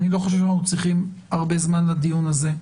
אני לא חושב שאנחנו צריכים הרבה זמן לדיון הזה.